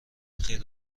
خیر